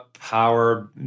Power